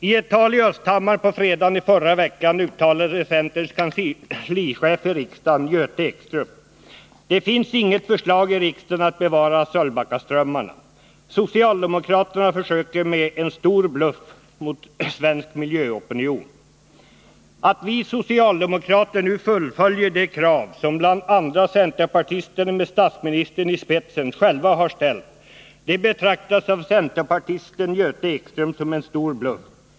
I ett tal i Östhammar på fredagen i förra veckan uttalade centerns kanslichef i riksdagen, Göte Ekström: ”Det finns inget förslag i riksdagen att bevara Sölvbackaströmmarna. Socialdemokraterna försöker med en stor bluff mot svensk miljöopinion.” Att vi socialdemokrater nu fullföljer det krav som bl.a. centerpartisterna med statsministern i spetsen själva har ställt, det betraktas av centerpartisten Göte Ekström som en stor bluff.